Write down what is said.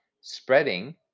spreading